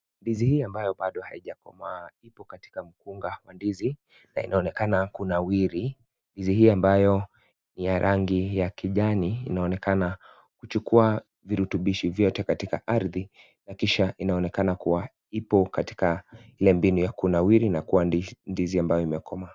Ndizi hii ambayo bado haijakomaa ipo katika mkunga wa ndizi na inaonekana kunawiri. Ndizi hiyo ambayo ni ya rangi ya kijani inaonekana kuchukua virutubishi vyote katika ardhi na kisha inaonekana kuwa ipo katika Ile mbinu ya kunawiri na kuwa ndizi ambayo imekomaa .